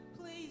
please